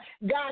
God